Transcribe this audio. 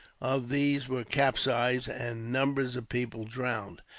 of these were capsized, and numbers of people drowned.